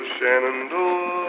Shenandoah